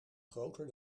groter